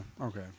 okay